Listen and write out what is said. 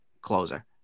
closer